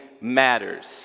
Matters